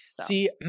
see